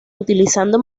utilizando